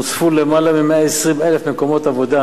נוספו יותר מ-120,000 מקומות עבודה.